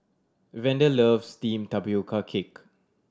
Vander loves steamed tapioca cake